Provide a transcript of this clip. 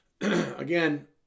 Again